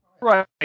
right